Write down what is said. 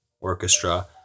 orchestra